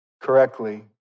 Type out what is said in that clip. correctly